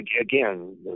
again